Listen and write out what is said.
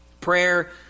Prayer